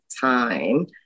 time